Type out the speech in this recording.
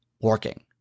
working